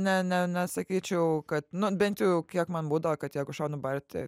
ne ne nesakyčiau kad nu bent jau kiek man būdavo kad jeigu šaunu bajerį